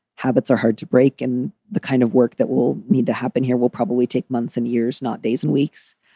habits are hard to break and the kind of work that will need to happen here will probably take months and years, not days and weeks,